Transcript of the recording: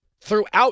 Throughout